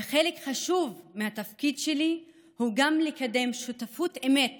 וחלק חשוב מהתפקיד שלי הוא גם לקדם שותפות אמת